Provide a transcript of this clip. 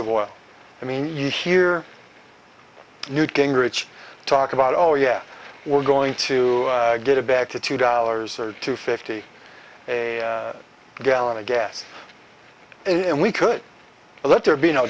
of oil i mean you hear newt gingrich talk about oh yeah we're going to get it back to two dollars or two fifty a gallon of gas and we could let there be no